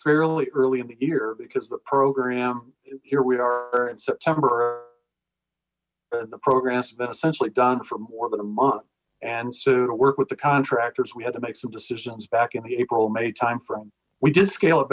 fairly early in the year because the program here we are in september and the programs have been essentially done for more than a month and so to work with the contractors we had to make some decisions back april may timeframe we did scale